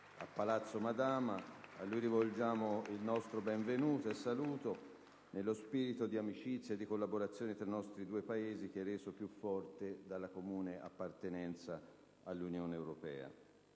a Palazzo Madama. A lui rivolgiamo il nostro benvenuto e il nostro saluto, nello spirito di amicizia e collaborazione tra i nostri due Paesi reso più forte dalla comune appartenenza all'Unione europea.